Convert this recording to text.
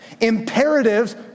Imperatives